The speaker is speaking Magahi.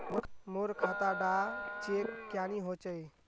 मोर खाता डा चेक क्यानी होचए?